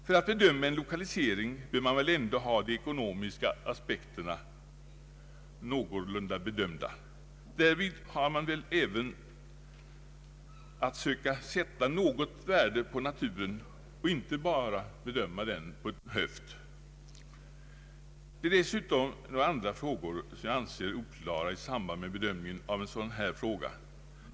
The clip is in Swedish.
För att bedöma en lokalisering bör man väl ändå ha de ekonomiska aspekterna någorlunda väl bedömda. Därvid bör man även söka sätta något värde på naturen och inte bara bedöma denna på en höft. Det är dessutom några andra frågor som jag anser oklara i samband med bedömningen av en sådan här fråga.